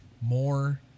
more